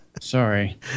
Sorry